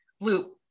loop